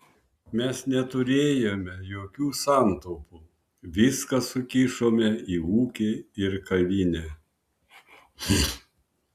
mes neturėjome jokių santaupų viską sukišome į ūkį ir kavinę